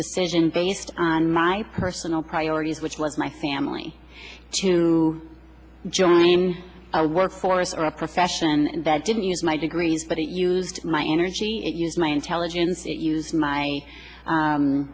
decision based on my personal priorities which was my family to join our workforce or a profession that didn't use my degrees but it used my energy it use my intelligence it use my